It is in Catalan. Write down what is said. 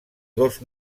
dos